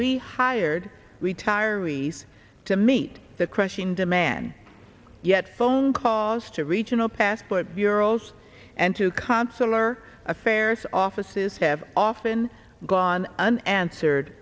rehired retirees to meet the crushing demand yet phone calls to regional passport bureaus and to consular affairs offices have often gone unanswered